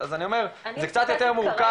אז אני אומר שזה קצת יותר מורכב.